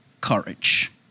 courage